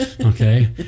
Okay